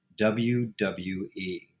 WWE